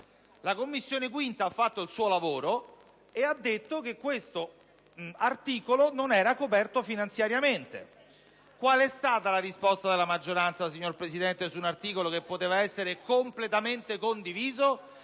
5a Commissione ha fatto il suo lavoro e ha detto che questo articolo non era coperto finanziariamente. Quale è stata invece la risposta della maggioranza su un articolo che poteva essere completamente condiviso?